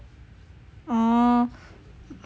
orh